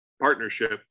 partnership